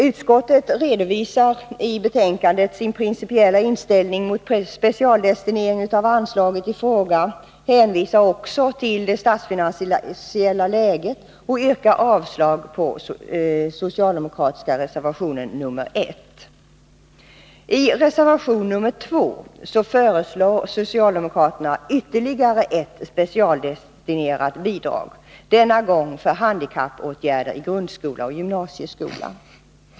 Utskottet redovisar i betänkandet sin principiella inställning mot specialdestinering av anslaget i fråga, hänvisar också till det statsfinansiella läget och yrkar avslag på den socialdemokratiska reservationen nr 1. I reservation nr 2 föreslår socialdemokraterna ytterligare ett specialdestinerat bidrag, denna gång för handikappåtgärder i grundskola och gymnasieskola.